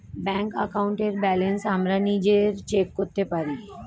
bank অ্যাকাউন্টের balance আমরা নিজেরা চেক করতে পারি